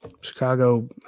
Chicago